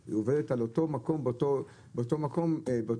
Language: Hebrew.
שהיא עובדת באותו מקום באותה עיר,